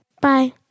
Bye